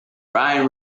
ryan